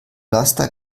laster